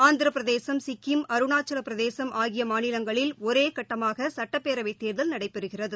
ஆந்திர பிரதேசம் சிக்கிம் அருணாச்சவப்பிரதேசம் ஆகிய மாநிலங்களில் ஒரே கட்டமாக சட்டப்பேரவை தேர்தல் நடைபெறுகிறது